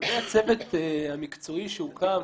הצוות המקצועי שהוקם